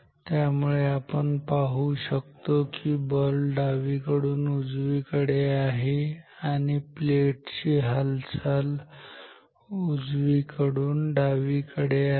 त्यामुळे आपण पाहू शकतो की बल डावीकडून उजवीकडे आहे आणि प्लेट ची हालचाल उजवीकडून डावीकडे आहे